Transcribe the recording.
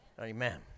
Amen